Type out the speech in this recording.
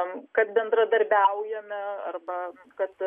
ten kad bendradarbiaujame arba kad